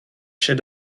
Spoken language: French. chefs